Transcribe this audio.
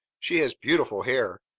she has beautiful hair!